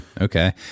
Okay